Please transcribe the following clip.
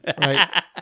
Right